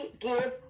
give